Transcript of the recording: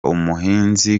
umuhinzi